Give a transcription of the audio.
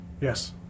Yes